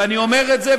ואני אומר את זה,